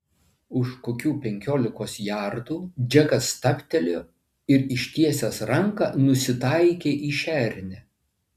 už kokių penkiolikos jardų džekas stabtelėjo ir ištiesęs ranką nusitaikė į šernę